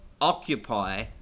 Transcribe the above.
Occupy